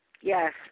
Yes